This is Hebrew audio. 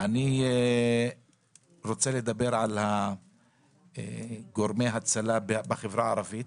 אני רוצה לדבר על גורמי ההצלה בחברה הערבית.